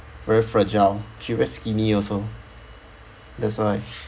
very fragile she is skinny also that's why